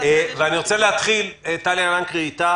טליה לנקרי, אני רוצה להתחיל איתך.